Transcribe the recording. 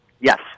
Yes